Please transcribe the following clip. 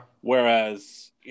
Whereas